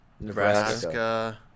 Nebraska